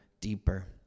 deeper